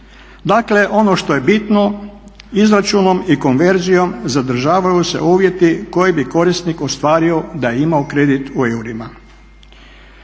Dakle ono što je bitno, izračunom i konverzijom zadržavaju se uvjeti koje bi korisnik ostvario da je imao kredit u eurima.